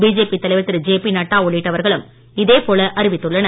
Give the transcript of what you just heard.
BJP தலைவர் திரு J P Nadda உள்ளிட்டவர்களும் இதேபோல அறிவித்துள்ளனர்